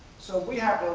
so we have